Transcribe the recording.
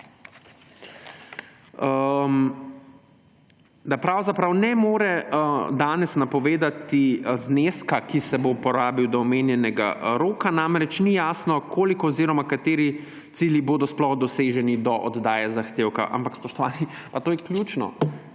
da »pravzaprav ne more danes napovedati zneska, ki se bo porabil do omenjenega roka. Namreč, ni jasno, koliko oziroma kateri cilji bodo sploh doseženi do oddaje zahtevka«. Toda, spoštovani, to je ključno!